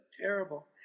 terrible